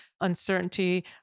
uncertainty